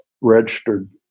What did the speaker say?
registered